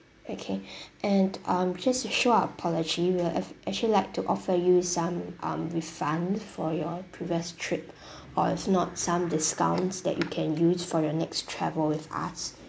okay and um just to show our apology we'll act~ actually like to offer you some um refund for your previous trip or if not some discounts that you can use for your next travel with us